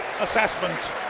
assessment